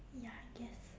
ya I guess